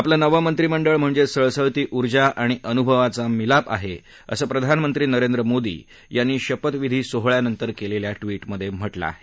आपलं नवं मंत्रिमंडळ म्हणजे सळसळती उर्जा आणि अनुभवाचं मीलप आहे असं प्रधानमंत्री नरेंद्र मोदी यांनी शपथविधी सोहळ्यानंतर केलेल्या ट्विटमध्ये म्हटलं आहे